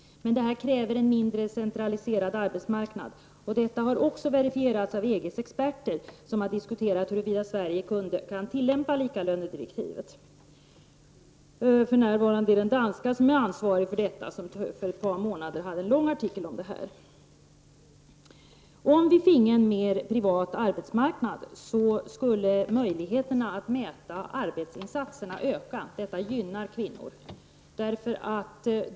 Detta kräver en mindre centraliserad arbetsmarknad. Detta har också verifierats av EG:s experter, som har diskuterat huruvida Sverige kan tillämpa likalönedirektivet. För närvarande är det en danska som ansvarar för detta arbete och som för ett par månader sedan skrev en lång artikel om detta. Om vi finge en mer privat arbetsmarknad skulle möjligheterna att mäta arbetsinsatserna öka. Detta gynnar kvinnor.